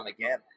again